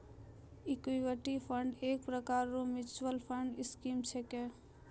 equity fund एक प्रकार रो मिच्युअल फंड स्कीम छिकै